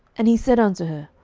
and he said unto her,